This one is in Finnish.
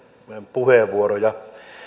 puheenvuoroja